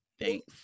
Thanks